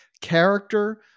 character